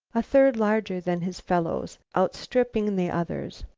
a third larger than his fellows, outstripping the others.